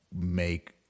make